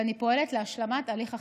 ואני פועלת להשלמת הליך החקיקה.